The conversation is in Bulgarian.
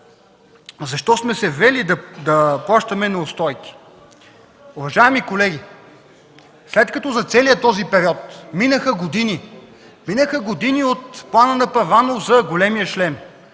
защо сме се вели да плащаме неустойки? Уважаеми колеги, след като за целия този период – минаха години, минаха години от плана на Първанов за „големия шлем”,